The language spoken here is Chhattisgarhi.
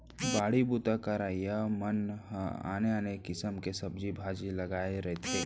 बाड़ी बूता करइया मन ह आने आने किसम के सब्जी भाजी लगाए रहिथे